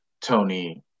Tony